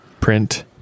Print